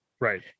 right